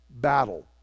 battle